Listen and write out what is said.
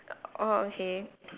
orh okay